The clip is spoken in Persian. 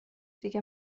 دیگه